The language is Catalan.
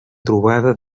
trobada